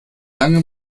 lange